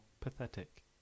Pathetic